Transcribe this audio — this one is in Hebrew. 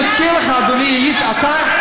אדוני השר, בניגוד לתקנון.